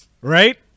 Right